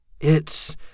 It's